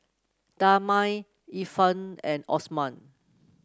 Damia Irfan and Osman